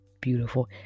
beautiful